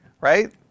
right